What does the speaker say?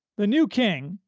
the new king,